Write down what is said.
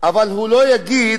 אבל הוא לא יגיד,